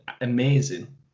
amazing